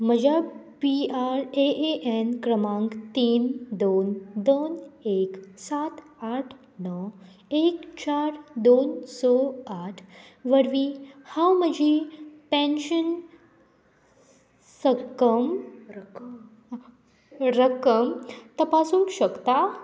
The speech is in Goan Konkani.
म्हज्या पी आर ए एन क्रमांक तीन दोन दोन एक सात आठ णव एक चार दोन स आठ वरवीं हांव म्हजी पेन्शन सक्कम रक्कम तपासूंक शकता